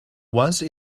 once